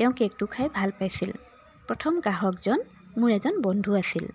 তেওঁ কে'কটো খাই ভাল পাইছিল প্ৰথম গ্ৰাহকজন মোৰ এজন বন্ধু আছিল